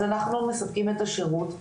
אז אנחנו מספקים את השירות,